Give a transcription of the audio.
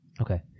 Okay